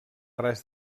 res